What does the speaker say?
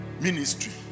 ministry